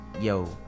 yo